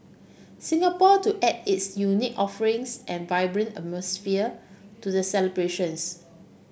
Singapore to add its unique offerings and vibrant atmosphere to the celebrations